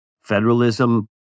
Federalism